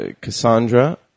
Cassandra